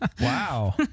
wow